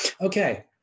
Okay